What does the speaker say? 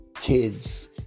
Kids